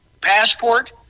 passport